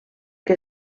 que